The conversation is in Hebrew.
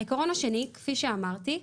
העיקרון השני כפי שאמרתי,